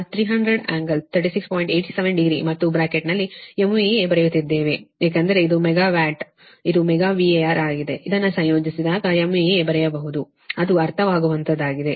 87 degree ಮತ್ತು ಬ್ರಾಕೆಟ್ನಲ್ಲಿ MVA ಬರೆಯುತ್ತಿದ್ದೇವೆ ಏಕೆಂದರೆ ಇದು ಮೆಗಾವ್ಯಾಟ್ ಇದು ಮೆಗಾ VAR ಆಗಿದೆ ಇದನ್ನು ಸಂಯೋಜಿಸಿದಾಗ MVA ಬರೆಯಬಹುದು ಅದು ಅರ್ಥವಾಗುವಂತಹದ್ದಾಗಿದೆ